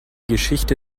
geschichte